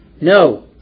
No